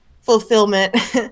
fulfillment